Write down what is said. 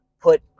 put